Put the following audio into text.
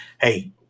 hey